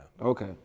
Okay